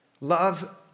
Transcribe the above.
Love